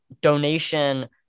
donation